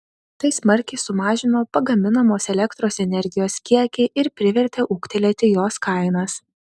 tai smarkiai sumažino pagaminamos elektros energijos kiekį ir privertė ūgtelėti jos kainas